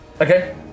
Okay